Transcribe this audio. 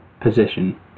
position